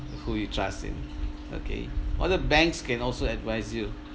who you trust in okay or the banks can also advise you